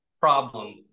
problem